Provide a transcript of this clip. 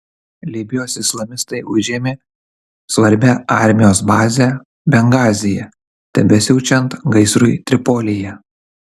libijos islamistai užėmė svarbią armijos bazę bengazyje tebesiaučiant gaisrui tripolyje